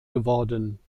geworden